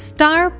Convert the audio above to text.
Star